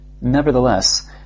Nevertheless